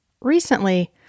Recently